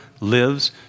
lives